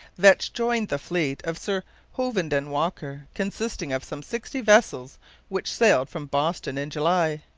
vetch joined the fleet of sir hovenden walker, consisting of some sixty vessels which sailed from boston in july.